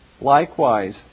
Likewise